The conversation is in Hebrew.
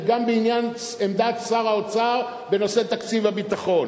וגם בעניין עמדת שר האוצר בנושא תקציב הביטחון.